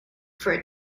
for